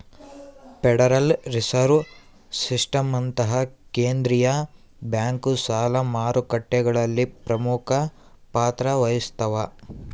federal reserve ಸಿಸ್ಟಮ್ನಂತಹ ಕೇಂದ್ರೀಯ bank ಸಾಲ ಮಾರುಕಟ್ಟೆಗಳಲ್ಲಿ ಪ್ರಮುಖ ಪಾತ್ರ ವಹಿಸ್ತವ